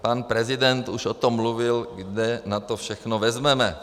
Pan prezident už o tom mluvil, kde na to všechno vezmeme.